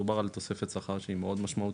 מדובר על תוספת שכר שהיא מאוד משמעותית